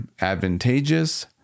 advantageous